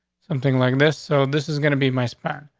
something like this. so this is gonna be my spot.